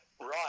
Right